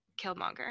Killmonger